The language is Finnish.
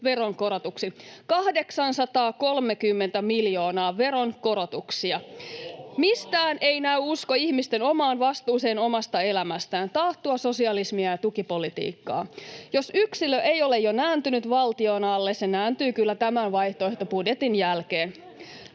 ryhmästä: Ohhoh!] Mistään ei näy usko ihmisten omaan vastuuseen omasta elämästään. Taattua sosialismia ja tukipolitiikkaa. Jos yksilö ei ole jo nääntynyt valtion alle, se nääntyy kyllä tämän vaihtoehtobudjetin jälkeen.